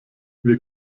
wir